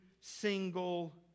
single